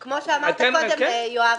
כמו שאמרת קודם יואב,